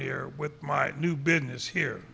here with my new business here